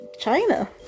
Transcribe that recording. China